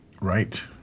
Right